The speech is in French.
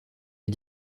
est